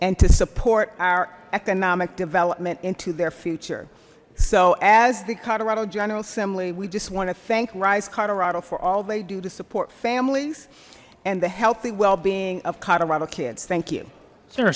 and to support our economic development into their future so as the colorado general assembly we just want to thank rise colorado for all they do to support families and the healthy well being of colorado kids thank you s